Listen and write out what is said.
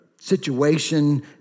situation